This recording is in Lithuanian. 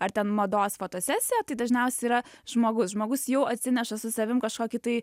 ar ten mados fotosesija tai dažniausiai yra žmogus žmogus jau atsineša su savim kažkokį tai